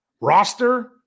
roster